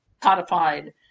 codified